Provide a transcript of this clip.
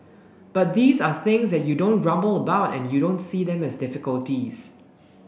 but these are things that you don't grumble about and you don't see them as difficulties